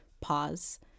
pause